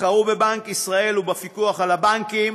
בחרו בבנק ישראל ובפיקוח על הבנקים